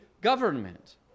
government